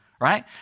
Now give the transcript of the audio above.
right